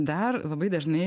dar labai dažnai